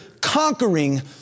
conquering